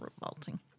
revolting